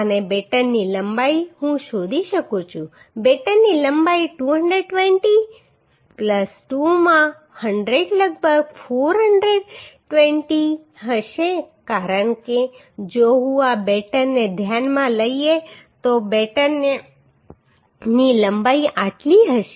અને બેટનની લંબાઈ હું શોધી શકું છું બેટનની લંબાઈ 220 2 માં 100 લગભગ 420 હશે કારણ કે જો હું આ બેટનને ધ્યાનમાં લઈએ તો બેટનની લંબાઈ આટલી હશે